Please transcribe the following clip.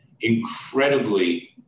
incredibly